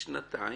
היא שנתיים,